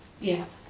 Yes